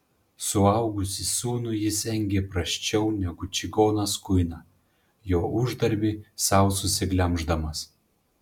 suaugusį sūnų jis engė prasčiau negu čigonas kuiną jo uždarbį sau susiglemždamas